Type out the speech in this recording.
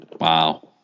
Wow